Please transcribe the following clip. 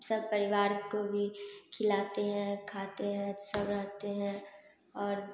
सब परिवार को भी खिलाते हैं खाते हैं सब रहते हैं और